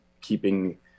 keeping